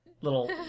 little